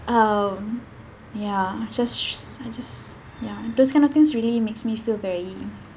um ya just I just ya those kind of things really makes me feel very